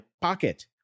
pocket